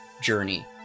journey